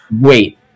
Wait